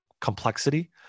complexity